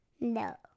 No